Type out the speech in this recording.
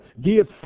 Give